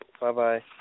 Bye-bye